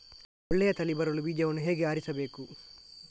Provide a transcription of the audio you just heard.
ಒಳ್ಳೆಯ ತಳಿ ಬರಲು ಬೀಜವನ್ನು ಹೇಗೆ ಆರಿಸಬೇಕು?